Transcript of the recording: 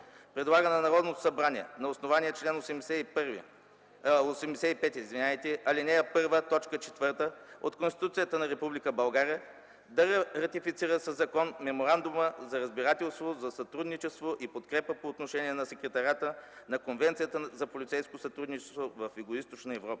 Предлага на Народното събрание на основание чл. 85, ал. 1, т. 4 от Конституцията на Република България да ратифицира със закон Меморандума за разбирателство за сътрудничество и подкрепа по отношение на Секретариата на Конвенцията за полицейско сътрудничество в Югоизточна Европа.